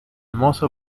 mozo